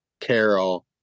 Carol